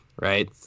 right